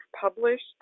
published